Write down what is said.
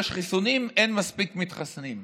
יש חיסונים, אין מספיק מתחסנים.